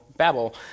Babel